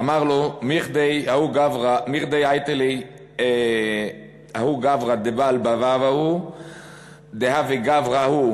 אמר לו: מכדי ההוא גברא בעל דבבא דההוא גברא הוא,